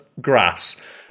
grass